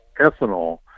ethanol